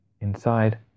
Inside